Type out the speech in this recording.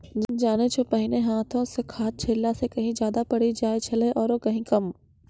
जानै छौ पहिने हाथों स खाद छिड़ला स कहीं ज्यादा पड़ी जाय छेलै आरो कहीं कम